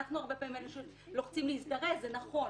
אנחנו הרבה פעמים אלה שלוחצים להזדרז, זה נכון,